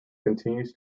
continues